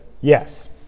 yes